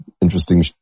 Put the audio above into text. interesting